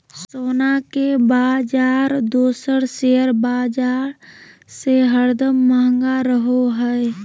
सोना के बाजार दोसर शेयर बाजार से हरदम महंगा रहो हय